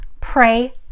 Pray